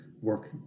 work